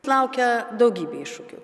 laukia daugybė iššūkių